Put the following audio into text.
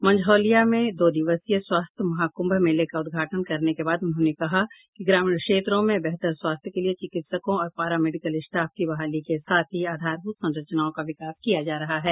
मंझौलिया में दो दिवसीय स्वास्थ्य महाकुंभ मेले का उदघाटन करने के बाद उन्होंने कहा कि ग्रामीण क्षेत्रों में बेहतर स्वास्थ्य के लिये चिकित्सकों और पारा मेडिकल स्टाफ की बहाली के साथ ही आधारभूत संरचनाओं का विकास किया जा रहा है